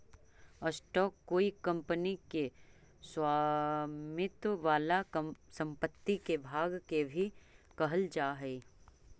stock कोई company के स्वामित्व वाला संपत्ति के भाग के भी कहल जा हई